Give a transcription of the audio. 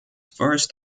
first